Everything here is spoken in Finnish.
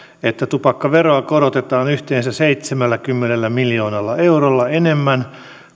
että tupakkaveroa korotetaan yhteensä seitsemälläkymmenellä miljoonalla eurolla enemmän